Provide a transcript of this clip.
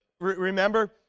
Remember